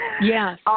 Yes